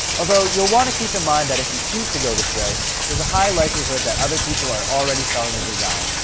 although you'll want to keep in mind that if you choose to go this route, there's a high likelihood that other people are already selling the design,